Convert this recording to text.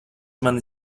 mani